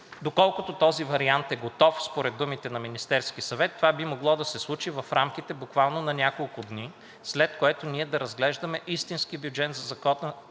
Доколкото този вариант е готов, според думите на Министерския съвет, това би могло да се случи в рамките буквално на няколко дни, след което ние да разглеждаме истински закон